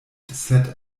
sed